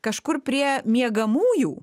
kažkur prie miegamųjų